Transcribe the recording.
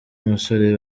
musore